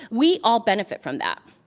we all benefit from that.